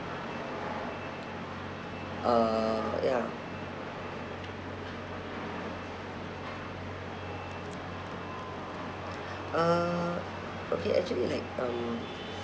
uh ya uh okay actually like um